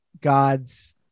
God's